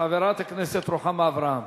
חברת הכנסת רוחמה אברהם.